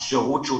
השירות שהוא